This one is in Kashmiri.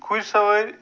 گُرۍ سوٲرۍ